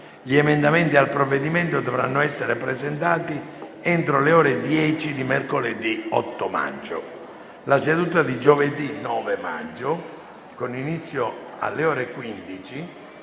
Gli emendamenti al provvedimento dovranno essere presentati entro le ore 10 di mercoledì 8 maggio. La seduta di giovedì 9 maggio, con inizio alle ore 15,